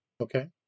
Okay